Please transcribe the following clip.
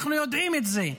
אנחנו יודעים את זה.